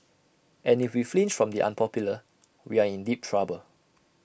and if we flinch from the unpopular we are in deep trouble